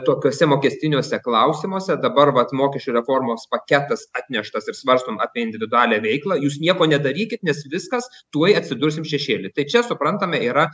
tokiuose mokestiniuose klausimuose dabar vat mokesčių reformos paketas atneštas ir svarstom apie individualią veiklą jūs nieko nedarykit nes viskas tuoj atsidursim šešėly tai čia suprantame yra